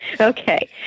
Okay